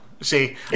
See